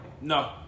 No